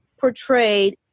Portrayed